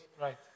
Right